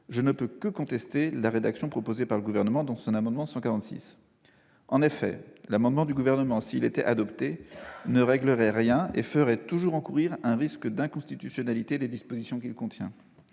je ne peux que contester la rédaction proposée par le Gouvernement dans son amendement n° 146. En effet, cet amendement, s'il était adopté, ne réglerait rien et ferait toujours encourir un risque d'inconstitutionnalité des dispositions qu'il contient.